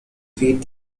feed